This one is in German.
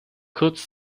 kurz